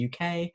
UK